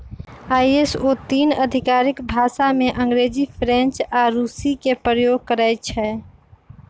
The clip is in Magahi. आई.एस.ओ तीन आधिकारिक भाषामें अंग्रेजी, फ्रेंच आऽ रूसी के प्रयोग करइ छै